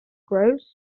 gross